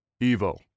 Evo